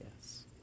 Yes